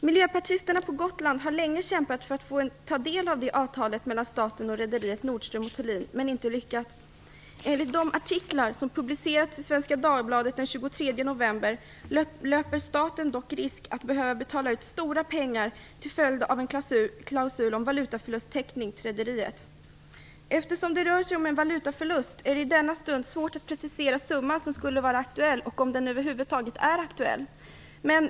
Miljöpartisterna på Gotland har länge kämpat för att få ta del av avtalet mellan staten och rederiet Nordström & Thulin men inte lyckats. Enligt de artiklar som publicerats i Svenska Dagbladet den 23 november löper staten dock risk att behöva betala ut stora pengar till rederiet till följd av en klausul om valutaförlusttäckning. Eftersom det rör sig om en valutaförlust är det i denna stund svårt att precisera summan som skulle vara aktuell, om den över huvud taget är aktuell.